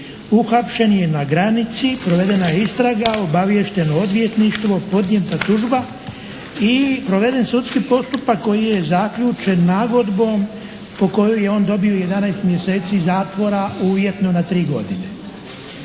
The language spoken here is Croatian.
uhapšen je na granici, provedena je istraga, obaviješteno odvjetništvo, podnijeta tužba i proveden sudski postupak koji je zaključen nagodbom po kojoj je on dobio 11 mjeseci zatvora uvjetno na 3 godine.